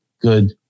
good